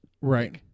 Right